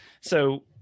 So-